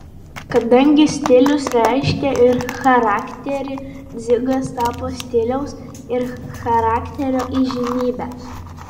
kadangi stilius reiškia ir charakterį dzigas tapo stiliaus ir charakterio įžymybe